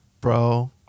bro